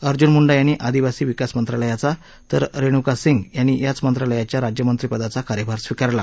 अर्जुन मुंडा यांनी आदिवासी विकास मंत्रालयाचा तर रेणुका सिंग यांनी याच मंत्रालयाच्या राज्यमंत्रिपदाचा कार्यभार स्वीकारला